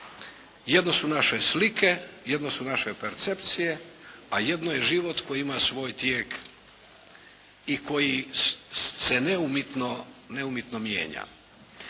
Jedno su naše slike, jedno su naše percepcije a jedno je život koji ima svoj tijek i koji se neumitno mijenja.